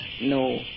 no